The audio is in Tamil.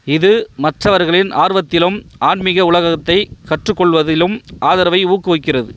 இது மற்றவர்களின் ஆர்வத்திலும் ஆன்மீக உலகத்தைக் கற்றுக்கொள்வதிலும் ஆதரவை ஊக்குவிக்கிறது